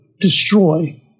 destroy